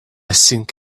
think